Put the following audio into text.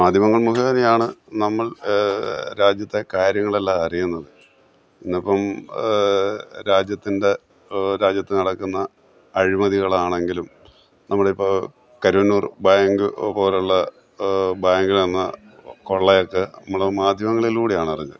മാധ്യമങ്ങൾ മുഖേനയാണ് നമ്മൾ രാജ്യത്തെ കാര്യങ്ങളെല്ലാം അറിയുന്നത് ഇന്നിപ്പോള് രാജ്യത്തിൻ്റെ രാജ്യത്ത് നടക്കുന്ന അഴിമതികളാണെങ്കിലും നമ്മളിപ്പോള് കരുവന്നൂർ ബാങ്ക് പോലുള്ള ബാങ്കിൽ നടന്ന കൊള്ളയൊക്കെ നമ്മൾ മാധ്യമങ്ങളിലൂടെയാണ് അറിഞ്ഞത്